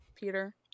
peter